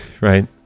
right